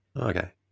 Okay